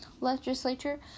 legislature